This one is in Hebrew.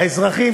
האזרחים,